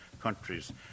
countries